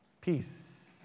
Peace